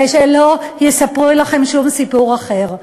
ושלא יספרו לכם שום סיפור אחר.